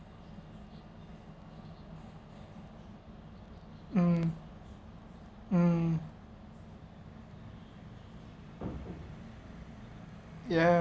um um yup